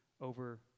over